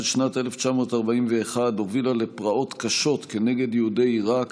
שנת 1941 הובילה לפרעות קשות כנגד יהודי עיראק.